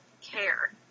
care